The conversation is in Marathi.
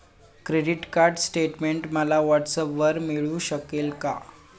क्रेडिट कार्ड स्टेटमेंट मला व्हॉट्सऍपवर मिळू शकेल का?